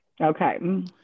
Okay